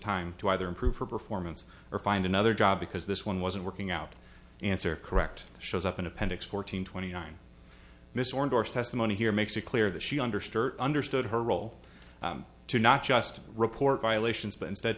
time to either improve her performance or find another job because this one wasn't working out answer correct shows up in appendix fourteen twenty nine miss or endorse testimony here makes it clear that she understood understood her role to not just report violations but instead